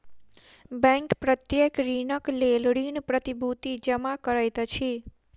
bank प्रत्येक ऋणक लेल ऋण प्रतिभूति जमा करैत अछि